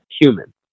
human